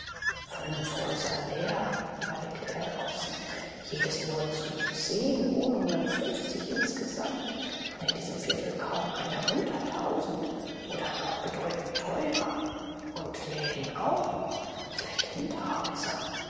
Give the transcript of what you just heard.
fünf häuser leer überlegte er draußen jedes nur zu zehn wohnungen fünfzig insgesamt und in diesem viertel kaum eine unter tausend oder noch bedeutend teurer und läden auch noch vielleicht